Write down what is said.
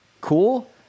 cool